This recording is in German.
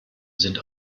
sind